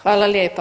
Hvala lijepa.